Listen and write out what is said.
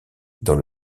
dans